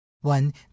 One